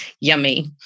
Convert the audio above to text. yummy